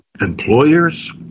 employers